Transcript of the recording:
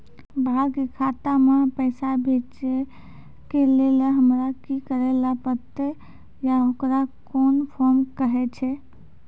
बाहर के खाता मे पैसा भेजै के लेल हमरा की करै ला परतै आ ओकरा कुन फॉर्म कहैय छै?